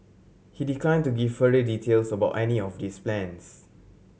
he decline to give further details about any of these plans